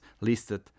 listed